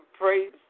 praise